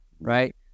right